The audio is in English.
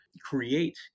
create